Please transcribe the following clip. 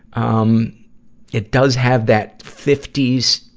um it does have that fifty s,